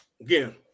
Again